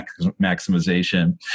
maximization